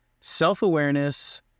self-awareness